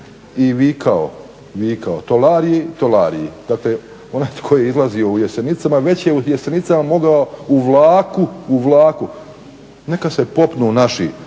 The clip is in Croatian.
i vikao, vikao tolari, tolari. Dakle onaj tko je izlazio u Jesenicama već je u Jesenicama mogao u vlaku. Neka se popnu naši